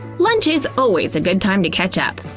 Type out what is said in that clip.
lunch is always a good time to catch up.